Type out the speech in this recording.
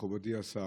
מכובדי השר,